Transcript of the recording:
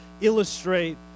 illustrate